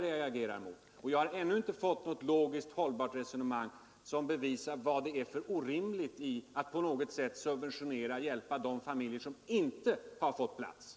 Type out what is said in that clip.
Jag har ännu inte hört något logiskt hållbart resonemang som visar att det ligger någonting orimligt i att subventionera och hjälpa även de familjer som inte har fått sådan plats.